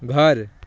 घर